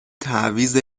تعویض